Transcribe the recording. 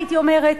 הייתי אומרת,